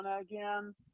again